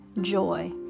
joy